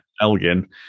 Elgin